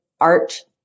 art